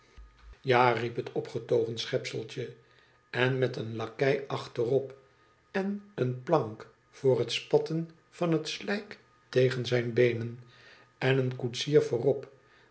riep het opgetogen schepseltje en met een lakei achterop en eene plank voor het spatten van het slijk tegen zijn beenen en een koetsier voorop